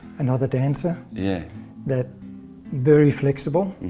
another dancer yeah that very flexible.